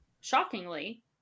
Shockingly